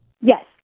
Yes